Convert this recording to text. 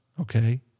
okay